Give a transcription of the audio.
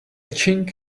chink